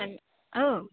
औ